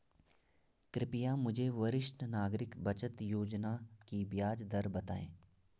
कृपया मुझे वरिष्ठ नागरिक बचत योजना की ब्याज दर बताएँ